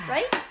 Right